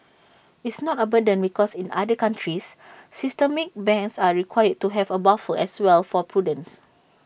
it's not A burden because in other countries systemic banks are required to have A buffer as well for prudence